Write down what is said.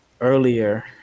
earlier